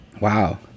Wow